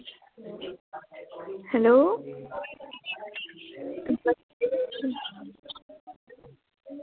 hello